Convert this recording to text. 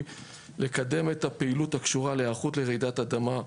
לקדם את הפעילות הקשורה להיערכות לרעידת האדמה,